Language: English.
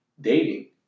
dating